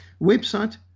Website